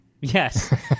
Yes